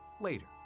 later